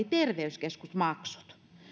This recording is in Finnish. terveyskeskusmaksut